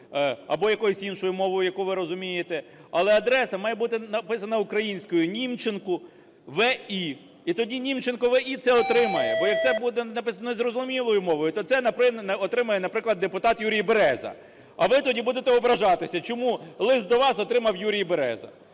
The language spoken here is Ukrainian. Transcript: або якоюсь іншою мовою, яку ви розумієте, але адреса має бути написана українською "Німченку В.І.", і тоді Німченко В.І. це отримає. Бо як це буде написано незрозумілою мовою, то це отримає, наприклад, депутат Юрій Береза, а ви тоді будете ображатися, чому лист до вас отримав Юрій Береза.